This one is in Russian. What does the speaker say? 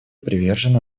привержено